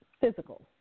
Physical